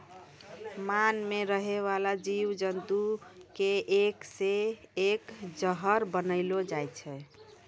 मान मे रहै बाला जिव जन्तु के एक से एक जहर बनलो छै